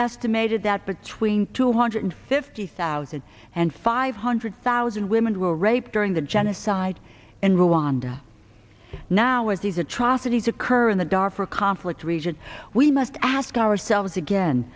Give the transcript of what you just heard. estimated that between two hundred fifty thousand and five hundred thousand women were raped during the genocide in rwanda now as these atrocities occur in the darfur conflict region we must ask ourselves again